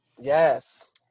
Yes